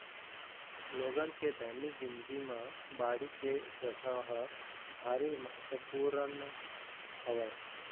लोगन के दैनिक जिनगी म बाड़ी के जघा ह भारी महत्वपूर्न हवय